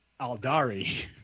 Aldari